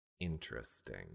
Interesting